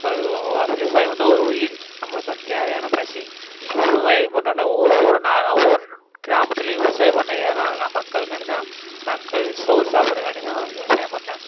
ஒரு விவசாயம் வந்து ஒரு உயிர் நம்மளுக்கு வந்து தேவையான பசி விவசாயம் எதுக்கு பண்ணுறோன்னா ஒவ்வொரு நா ஒவ்வொரு கிராமத்துலேயும் விவசாயம் பண்ணுறது எதனாலன்னால் மக்களுக்காண்டி தான் மக்கள் சோறு சாப்புடுறதுக்காண்டி அவங்க விவசாயம் பண்ணுறாங்க